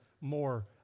more